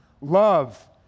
Love